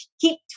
keep